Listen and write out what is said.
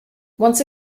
once